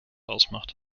ausmacht